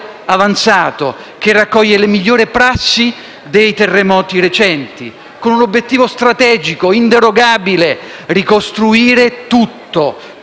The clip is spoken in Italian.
avanzato che raccoglie le migliori prassi dei terremoti recenti, con l'obiettivo strategico e inderogabile di ricostruire tutto